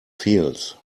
heels